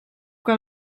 que